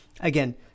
Again